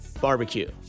Barbecue